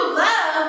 love